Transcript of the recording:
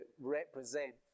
represent